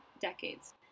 decades